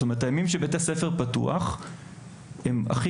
זאת אומרת הימים שבית הספר פתוח הם הכי